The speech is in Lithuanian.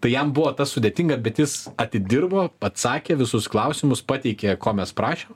tai jam buvo sudėtinga bet jis atidirbo atsakė visus klausimus pateikė ko mes prašė